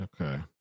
okay